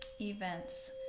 events